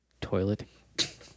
toilet